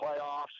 playoffs